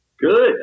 Good